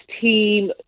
team